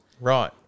Right